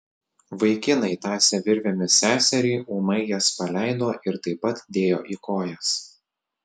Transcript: vaikinai tąsę virvėmis seserį ūmai jas paleido ir taip pat dėjo į kojas